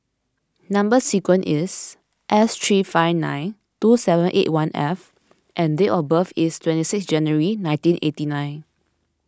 Number Sequence is S three five nine two seven eight one F and date of birth is twenty six January nineteen eighty nine